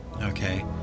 okay